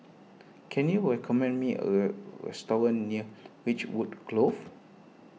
can you recommend me a restaurant near Ridgewood Close